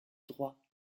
droit